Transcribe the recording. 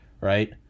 right